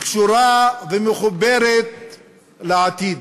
קשורה ומחוברת לעתיד.